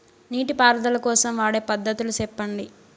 నీటి పారుదల కోసం వాడే పద్ధతులు సెప్పండి?